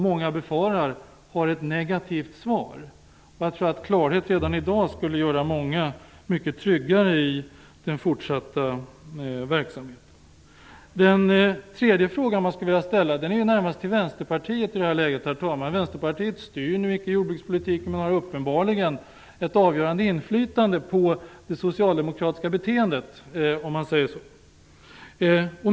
Många befarar att den frågan har ett negativt svar. Jag tror att många skulle bli mycket tryggare i den fortsatta verksamheten om de kunde få klarhet redan i dag. Den tredje frågan jag skulle vilja ställa riktar sig närmast till Vänsterpartiet, herr talman. Vänsterpartiet styr icke jordbrukspolitiken, men har uppenbarligen ett avgörande inflytande på det socialdemokratiska beteendet.